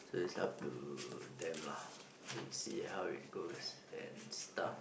so it's up to them lah to see how it goes and stuff